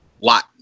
lot